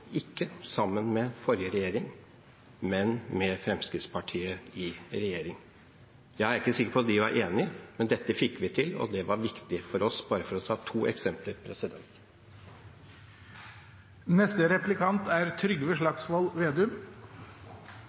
ikke sammen med forrige regjering, men med Fremskrittspartiet i regjering. Jeg er ikke sikker på at de var enige, men dette fikk vi til, og det var viktig for oss – bare for å ta to eksempler.